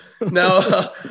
no